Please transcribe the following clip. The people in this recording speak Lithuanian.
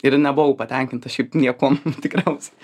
ir nebuvau patenkintas šiaip niekuom tikriausiai